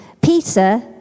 Peter